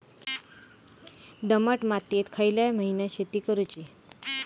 दमट मातयेत खयल्या महिन्यात शेती करुची?